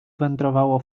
wędrowało